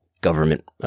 government